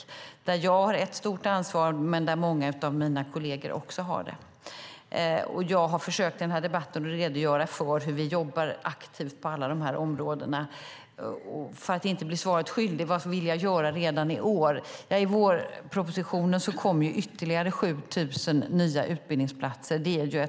Jag har ett stort ansvar, men många av mina kolleger har också det. Jag har i den här debatten försökt redogöra för hur vi jobbar aktivt på alla dessa områden. För att inte bli svaret skyldig: Vad vill jag göra redan i år? I vårpropositionen kom ytterligare 7 000 nya utbildningsplatser.